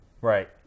right